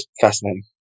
Fascinating